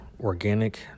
organic